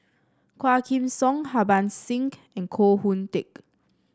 Quah Kim Song Harbans Singh and Koh Hoon Teck